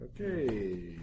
Okay